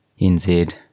nz